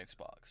Xbox